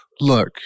Look